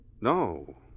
No